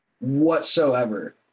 whatsoever